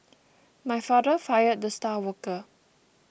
my father fired the star worker